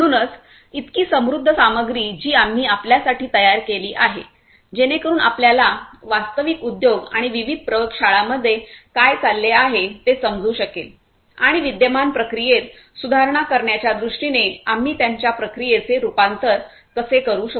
म्हणूनच इतकी समृद्ध सामग्री जी आम्ही आपल्यासाठी तयार केली आहे जेणेकरून आपल्याला वास्तविक उद्योग आणि विविध प्रयोगशाळांमध्ये काय चालले आहे हे समजू शकेल आणि विद्यमान प्रक्रियेत सुधारणा करण्याच्या दृष्टीने आम्ही त्यांच्या प्रक्रियेचे रूपांतर कसे करू शकू